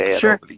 Sure